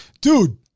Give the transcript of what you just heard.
dude